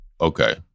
okay